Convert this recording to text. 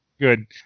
Good